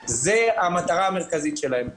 זו המטרה המרכזית של 150 מיליון השקלים.